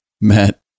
Matt